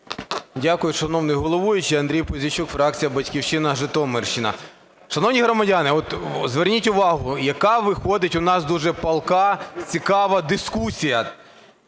Дякую, шановний головуючий. Андрій Пузійчук, фракція "Батьківщина", Житомирщина. Шановні громадяни, зверніть увагу, яка виходить у нас дуже палка, цікава дискусія.